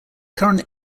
current